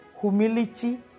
humility